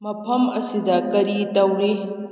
ꯃꯐꯝ ꯑꯁꯤꯗ ꯀꯔꯤ ꯇꯧꯔꯤ